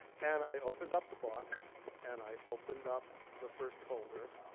and i opened up the box and i opened up the first folder.